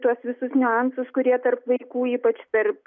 tuos visus niuansus kurie tarp vaikų ypač tarp